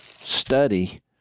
study